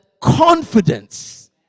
confidence